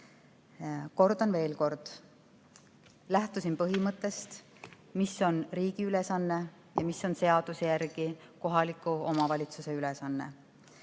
Kordan veel kord: lähtusin põhimõttest, mis on riigi ülesanne ja mis on seaduse järgi kohaliku omavalitsuse ülesanne.